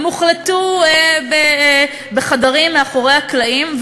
הן הוחלטו בחדרים מאחורי הקלעים,